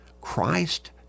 Christ